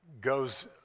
goes